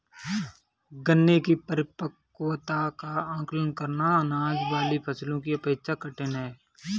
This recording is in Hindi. गन्ने की परिपक्वता का आंकलन करना, अनाज वाली फसलों की अपेक्षा कठिन है